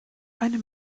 einem